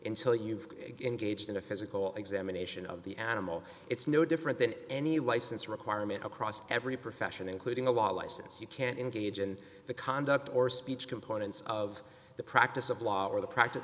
in till you've gauged in a physical examination of the animal it's no different than any license requirement across every profession including a law license you can't engage in the conduct or speech components of the practice of law or the practice